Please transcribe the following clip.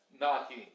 knocking